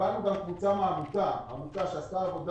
קיבלנו גם קבוצה של 1,117 אנשים מעמותה שעשתה עבודה.